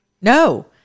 No